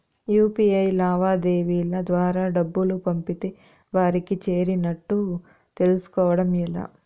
UPI లావాదేవీల ద్వారా డబ్బులు పంపితే వారికి చేరినట్టు తెలుస్కోవడం ఎలా?